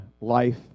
life